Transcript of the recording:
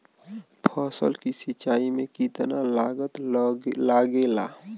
फसल की सिंचाई में कितना लागत लागेला?